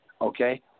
okay